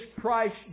Christ